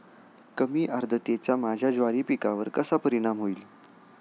कमी आर्द्रतेचा माझ्या ज्वारी पिकावर कसा परिणाम होईल?